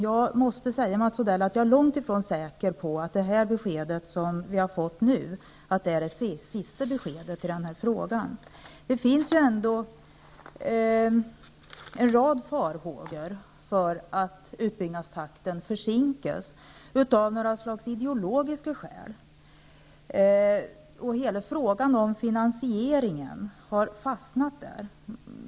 Jag måste säga, Mats Odell, att jag är långt ifrån säker på att det besked som vi nu har fått är det sista i denna fråga. Det finns en rad farhågor för att utbyggnadstakten dras ner av några slags ideologiska skäl. Hela frågan om finansieringen har fastnat där.